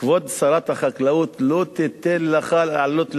כבוד שרת החקלאות לא תיתן לך לעלות לדוכן,